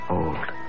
old